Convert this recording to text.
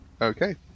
Okay